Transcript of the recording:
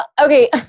Okay